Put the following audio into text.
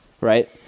right